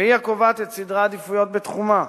והיא הקובעת את סדרי העדיפויות בתחומה,